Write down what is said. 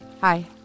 hi